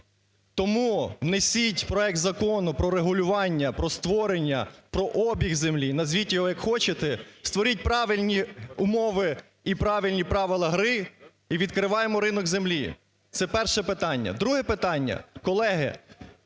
Тому внесіть проект закону про регулювання, про створення, про обіг землі, назвіть його як хочете, створіть правильні умови і правильні правила гри, і відкриваємо ринок землі. Це перше питання. Друге питання. Колеги,